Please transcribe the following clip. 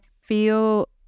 feel